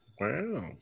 wow